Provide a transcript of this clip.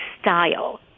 style